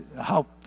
help